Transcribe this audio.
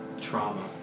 trauma